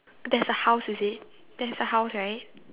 there's a house is it there's a house right